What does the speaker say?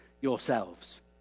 yourselves